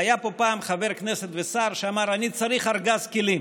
היה פה פעם חבר כנסת ושר שאמר: אני צריך ארגז כלים.